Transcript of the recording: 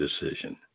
decision